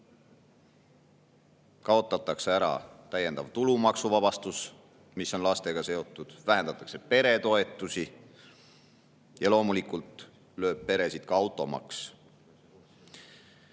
kaotatakse ära täiendav tulumaksuvabastus, mis on lastega seotud, vähendatakse peretoetusi ja loomulikult lööb peresid ka automaks.